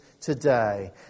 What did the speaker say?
today